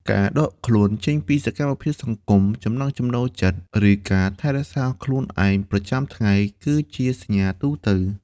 ការដកខ្លួនចេញពីសកម្មភាពសង្គម ចំណង់ចំណូលចិត្ត ឬការថែរក្សាខ្លួនឯងប្រចាំថ្ងៃ គឺជាសញ្ញាទូទៅ។